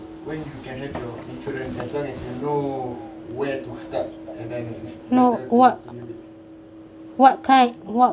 no what what kind what